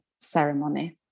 ceremony